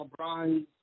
LeBron's